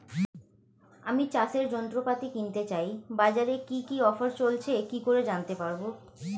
আমি চাষের যন্ত্রপাতি কিনতে চাই বাজারে কি কি অফার চলছে কি করে জানতে পারবো?